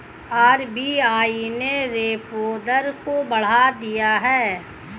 RBI ने repo दर को बढ़ा दिया है